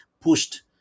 pushed